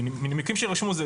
מנימוקים שיירשמו,